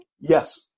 Yes